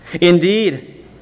Indeed